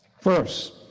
First